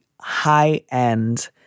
high-end